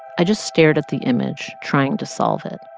i just stared at the image, trying to solve it.